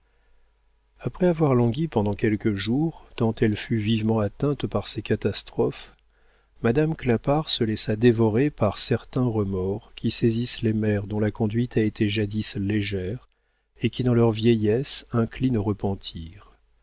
après avoir langui pendant quelques jours tant elle fut vivement atteinte par ces catastrophes madame clapart se laissa dévorer par certains remords qui saisissent les mères dont la conduite a été jadis légère et qui dans leur vieillesse inclinent au repentir